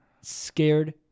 scared